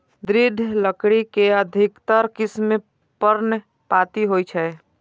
दृढ़ लकड़ी के अधिकतर किस्म पर्णपाती होइ छै